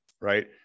right